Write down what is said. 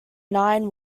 nine